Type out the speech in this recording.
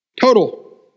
Total